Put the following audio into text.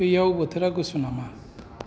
बैयाव बोथोरा गुसु नामा